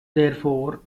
therefore